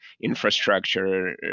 infrastructure